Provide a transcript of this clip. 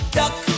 duck